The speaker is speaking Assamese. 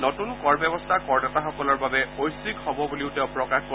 নতুন কৰ ব্যৱস্থা কৰদাতাসকলৰ বাবে ঐছিক হব বুলিও তেওঁ প্ৰকাশ কৰে